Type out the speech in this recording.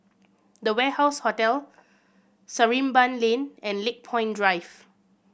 The Warehouse Hotel Sarimbun Lane and Lakepoint Drive